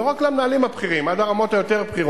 לא רק למנהלים הבכירים אלא עד הרמות היותר-בכירות,